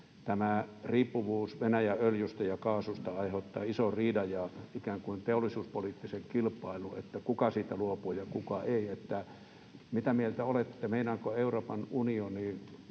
tämä riippuvuus Venäjän öljystä ja kaasusta aiheuttaa ison riidan ja ikään kuin teollisuuspoliittisen kilpailun, että kuka siitä luopuu ja kuka ei. Mitä mieltä olette: meinaako Euroopan unioni